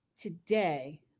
Today